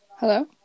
hello